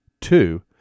Two